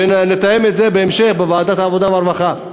ונתאם את זה בהמשך בוועדת העבודה והרווחה.